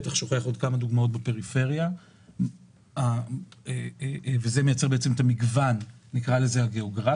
זה מייצר את המגוון הגיאוגרפי.